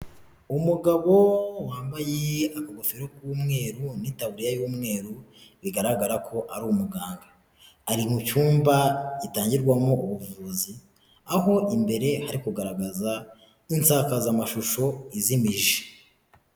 Umugabo wambaye akagofero k'umweru n'itaburiya y'umweru, bigaragara ko ari umuganga, ari mu cyumba gitangirwamo ubuvuzi, aho imbere hari kugaragaza insakazamashusho izimije.